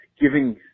giving